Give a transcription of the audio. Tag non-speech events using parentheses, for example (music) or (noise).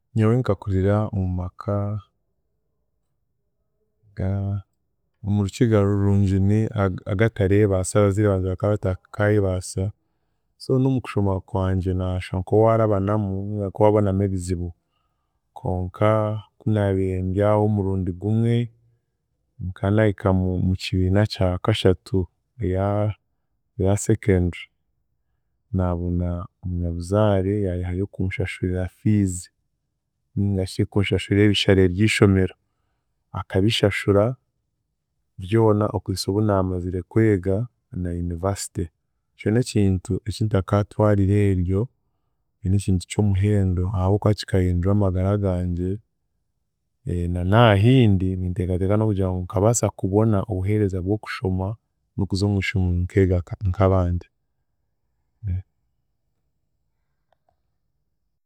Nyowe nkakurira omu maka ga, omu Rurukiga rurungi ni- aga- agatareebaasa, abaziire bangye baka batakaayebaasa so n'omukushoma kwangye nashwa nk'owarabanamu ninga nk'owabonamu ebizibu konka kunaabiire ndyaho omurundi gumwe, nka naahika mu- mukibiina kyakashatu eya- eya secondary naabona omunyabuzare yaayehayo kunshashurira fees ningashi kunshashurira ebishare by'ishomero, akabishashura byona okuhisa obu naamazire kwega na university ekyo n’ekintu ekintakatwarira eryo, ekyo n’ekintu ky'omuhendo ahabw'okuba kikahindura amagara gangye (hesitation) na naaha ahindi, ninteekateeka n'okugira ngu nkabaasa kubona obuheereza bw’okushoma n’okuza omwishomero nkega nka- nk’abandi.